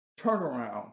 turnaround